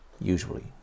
usually